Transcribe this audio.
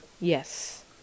Yes